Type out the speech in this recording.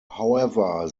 however